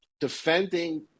defending